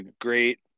great